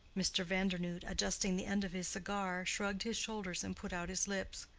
mr. vandernoodt, adjusting the end of his cigar, shrugged his shoulders and put out his lips.